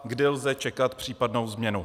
Kdy lze čekat případnou změnu?